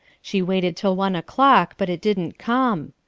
she waited till one o'clock, but it didn't come.